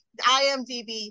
IMDb